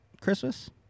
Christmas